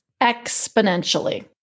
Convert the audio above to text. Exponentially